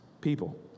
people